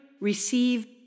receive